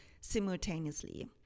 simultaneously